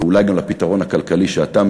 ואולי גם לפתרון הכלכלי שאתה,